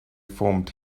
formed